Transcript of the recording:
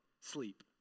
sleep